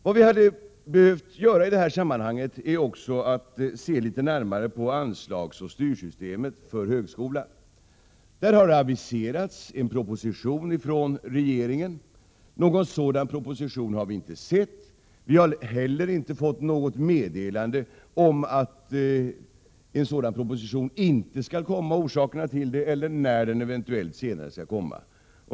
Vad vi i detta sammanhang skulle behöva göra är att se litet närmare på anslagsoch styrsystemet för högskolan. I fråga om detta har regeringen aviserat en proposition. Någon sådan proposition har vi emellertid inte sett. Vi har inte heller fått något meddelande om att en sådan proposition inte skall läggas fram, orsakerna till det eller när den eventuellt skall läggas fram.